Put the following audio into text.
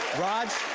raj,